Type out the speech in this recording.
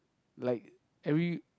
like every